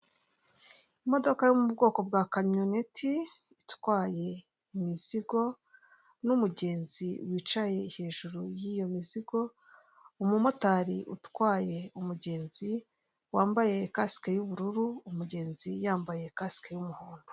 Imodoka yo mu bwoko bwa kamyoneti, itwaye imizigo, n'umugenzi wicaye hejuru y'iyo mizigo; umumotari utwaye umugenzi, wambaye kasike y'ubururu umugenzi yambaye kasike y'umuhondo.